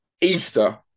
Easter